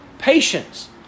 Patience